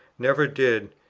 never did,